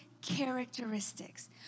characteristics